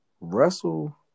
Russell